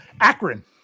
Akron